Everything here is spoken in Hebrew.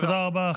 תודה רבה.